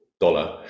dollar